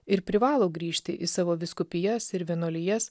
ir privalo grįžti į savo vyskupijas ir vienuolijas